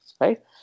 right